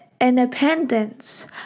Independence